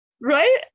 Right